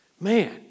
man